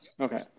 Okay